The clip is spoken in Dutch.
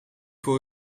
voor